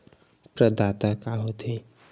प्रदाता का हो थे?